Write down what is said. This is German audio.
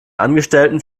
angestellten